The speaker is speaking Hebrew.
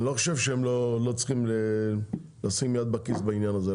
אני לא חושב שהם לא צריכים לשים יד בכיס בעניין הזה,